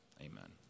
Amen